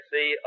See